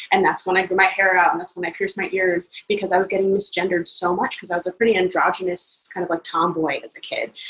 and that's when i grew my hair out, and that's when i pierced my ears, because i was getting misgendered so much because i was a pretty androgynous kind of like tomboy as a kid.